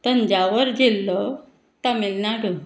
तंजावर जिल्लो तमिळनाडू